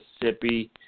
Mississippi